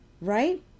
right